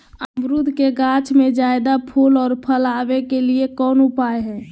अमरूद के गाछ में ज्यादा फुल और फल आबे के लिए कौन उपाय है?